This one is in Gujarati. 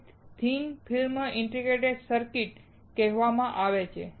આને થિન ફિલ્મ ઇન્ટિગ્રેટેડ સર્કિટ કહેવામાં આવે છે